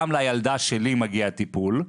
גם לילדה שלי מגיע טיפול,